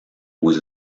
with